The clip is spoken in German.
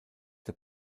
der